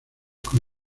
con